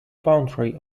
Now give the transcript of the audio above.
boundary